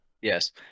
Yes